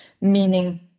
meaning